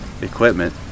equipment